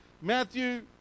Matthew